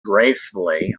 gracefully